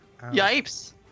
Yipes